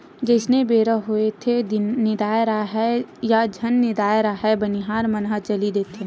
जइसने बेरा होथेये निदाए राहय या झन निदाय राहय बनिहार मन ह चली देथे